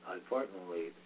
Unfortunately